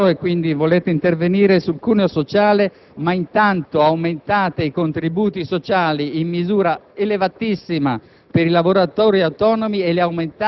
Dite che volete diminuire il costo del lavoro e che quindi volete intervenire sul cuneo fiscale, ma intanto aumentate i contributi sociali in misura